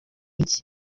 iki